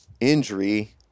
injury